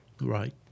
Right